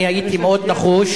אני הייתי מאוד נחוש.